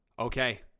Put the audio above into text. Okay